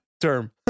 term